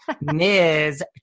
Ms